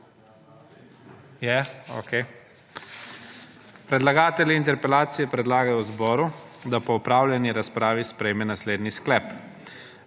Predlagatelji interpelacije predlagajo zboru, da po opravljeni razpravi sprejme naslednji sklep: